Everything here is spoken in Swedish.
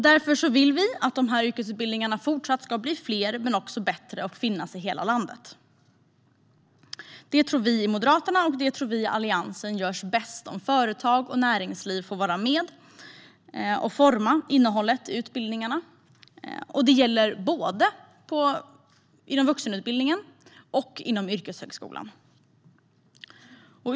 Därför vill vi att dessa yrkesutbildningar fortsatt ska bli fler och bättre och finnas i hela landet. Det tror vi i Moderaterna och vi i Alliansen görs bäst om företag och näringsliv får vara med och utforma innehållet i utbildningarna. Det gäller både inom vuxenutbildningen och inom yrkeshögskolan.